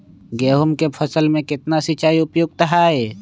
गेंहू के फसल में केतना सिंचाई उपयुक्त हाइ?